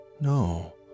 No